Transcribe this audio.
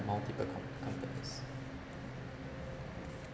multiple com~ companies